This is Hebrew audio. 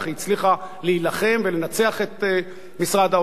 היא הצליחה להילחם ולנצח את משרד האוצר